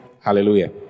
Hallelujah